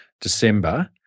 December